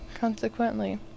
consequently